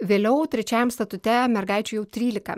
vėliau trečiajame statute mergaičių jau trylika